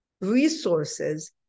resources